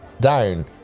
down